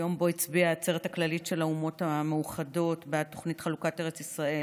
היום שבו הצביעה העצרת הכללית של האומות המאוחדות בעד חלוקת ארץ ישראל